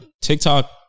TikTok